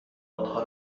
آنها